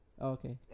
Okay